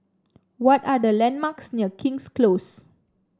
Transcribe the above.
what are the landmarks near King's Close